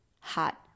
hot